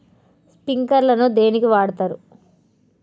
Sprinkler ను దేనికి వాడుతరు?